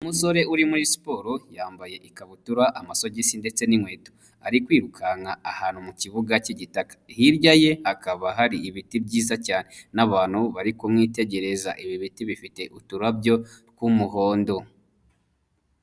Umusore uri muri siporo, yambaye ikabutura, amasogisi ndetse n'inkweto, ari kwirukanka ahantu mu kibuga cy'igitaka, hirya ye hakaba hari ibiti byiza n'abantu bari kumwitegereza, ibi biti bifite uturabyo tw'umuhondo.